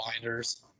binders